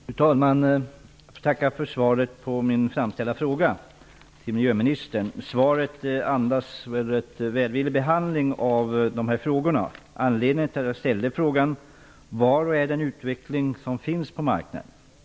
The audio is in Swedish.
Fru talman! Jag tackar för svaret på min fråga till miljöministern. Svaret andas rätt välvillig behandling av frågorna. Anledningen till att jag ställde frågan var och är den utveckling som finns på marknaden.